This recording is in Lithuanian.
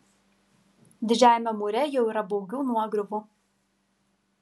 didžiajame mūre jau yra baugių nuogriuvų